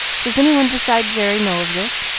does any one beside jerry know of this?